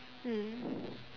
mm